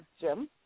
Jim